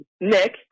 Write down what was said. Nick